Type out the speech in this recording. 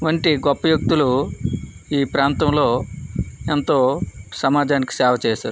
వంటి గొప్ప వ్యక్తులు ఈ ప్రాంతంలో ఎంతో సమాజానికి సేవ చేశారు